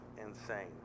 insane